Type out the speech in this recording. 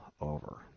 over